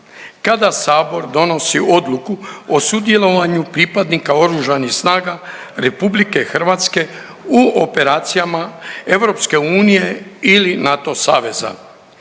kada Sabor donosi odluku o sudjelovanju pripadnika Oružanih snaga RH u operacijama EU ili NATO saveza.